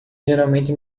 geralmente